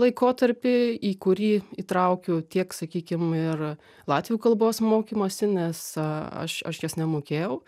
laikotarpį į kurį įtraukiu tiek sakykim ir latvių kalbos mokymąsi nes aš aš jos nemokėjau